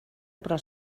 però